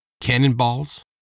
Cannonballs